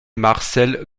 marcel